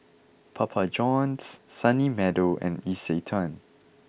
Papa Johns Sunny Meadow and Isetan